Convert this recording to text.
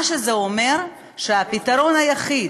מה שזה אומר, שהפתרון היחיד